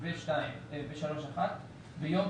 ו-(2), ו-3(1) ביום